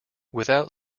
without